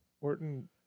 Orton